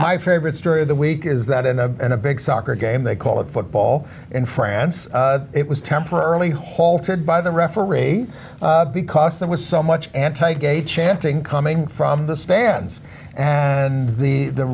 my favorite story of the week is that in a big soccer game they call it football in france it was temporarily halted by the referee because there was so much anti gay chanting coming from the stands and the the